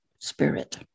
spirit